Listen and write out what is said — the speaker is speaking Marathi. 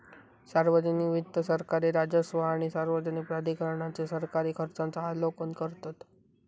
सार्वजनिक वित्त सरकारी राजस्व आणि सार्वजनिक प्राधिकरणांचे सरकारी खर्चांचा आलोकन करतत